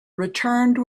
returned